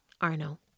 Arno